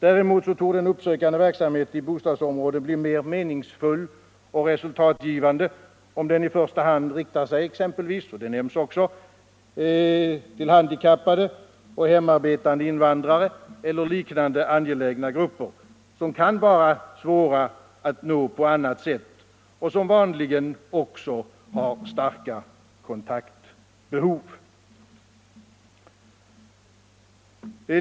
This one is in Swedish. Däremot torde en uppsökande verksamhet i bostadsområden bli mer meningsfull och resultatgivande, om den i första hand riktar sig exempelvis till — de nämns också —- handikappade och hemarbetande invandrare eller till liknande angelägna grupper, som kan vara svåra att nå på annat sätt och som vanligen också har starka kontaktbehov.